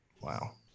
Wow